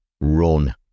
run